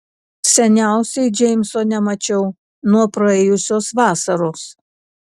seniausiai džeimso nemačiau nuo praėjusios vasaros